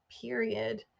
period